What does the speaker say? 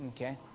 Okay